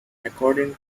according